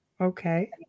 Okay